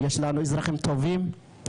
יש לנו אזרחים טובים,